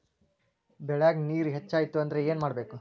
ಬೆಳೇಗ್ ನೇರ ಹೆಚ್ಚಾಯ್ತು ಅಂದ್ರೆ ಏನು ಮಾಡಬೇಕು?